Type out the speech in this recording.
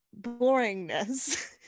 boringness